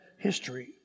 history